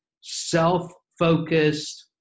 self-focused